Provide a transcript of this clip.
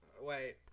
Wait